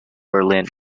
berlin